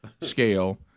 scale